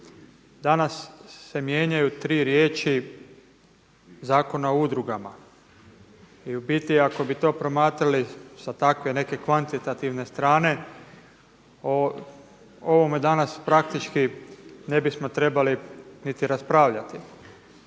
Danas se mijenjaju tri riječi Zakona o udrugama i u biti ako bi to promatrali sa takve nekakve kvantitativne strane o ovome danas praktički ne bismo trebali niti raspravljati.